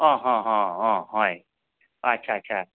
অঁ হ হ অঁ হয় অঁ আচ্ছা আচ্ছা